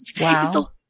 wow